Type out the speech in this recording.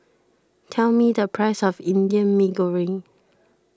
tell me the price of Indian Mee Goreng